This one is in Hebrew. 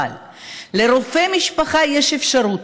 אבל לרופא משפחה יש אפשרות